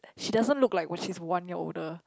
she doesn't look like which is one year older